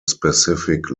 specific